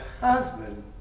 husband